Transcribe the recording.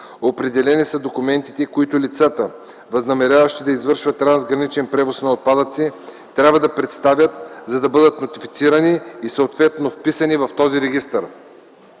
Определени са документите, които лицата, възнамеряващи да извършват трансграничен превоз на отпадъци, трябва да представят, за да бъдат нотифицирани и съответно вписани в този регистър.